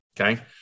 Okay